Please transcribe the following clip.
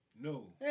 No